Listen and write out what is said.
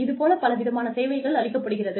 இது போல பல விதமான சேவைகள் அளிக்கப்படுகிறது